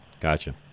Gotcha